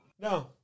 No